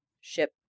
ship